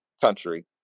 country